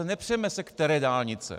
Nepřeme se, které dálnice.